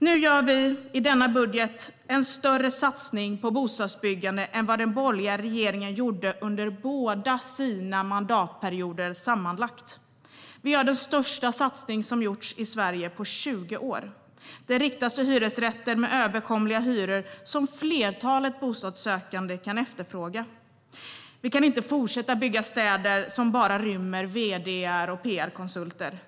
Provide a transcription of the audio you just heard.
Nu gör vi i denna budget en större satsning på bostadsbyggande än vad den borgerliga regeringen gjorde under båda sina mandatperioder sammanlagt. Vi gör den största satsning som gjorts i Sverige på 20 år. Den riktas till hyresrätter med överkomliga hyror som flertalet bostadssökande kan efterfråga. Vi kan inte fortsätta att bygga städer som bara rymmer vd:ar och pr-konsulter.